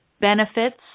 benefits